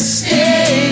stay